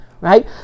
Right